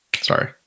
Sorry